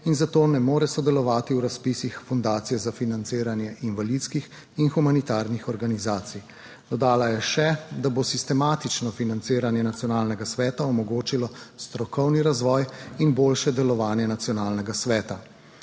in zato ne more sodelovati v razpisih Fundacije za financiranje invalidskih in humanitarnih organizacij. Dodala je še, da bo sistematično financiranje nacionalnega sveta omogočilo strokovni razvoj in boljše delovanje nacionalnega sveta.